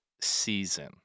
season